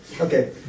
Okay